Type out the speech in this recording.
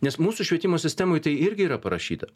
nes mūsų švietimo sistemoj tai irgi yra parašyta